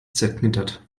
zerknittert